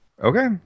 Okay